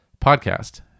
podcast